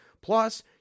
Plus